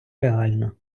реально